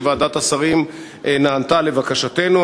שוועדת השרים נענתה לבקשתנו.